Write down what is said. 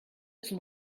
zum